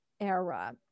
era